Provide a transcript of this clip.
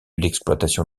l’exploitation